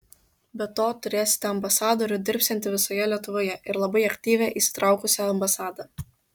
be to turėsite ambasadorių dirbsiantį visoje lietuvoje ir labai aktyvią įsitraukusią ambasadą